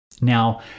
Now